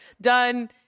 done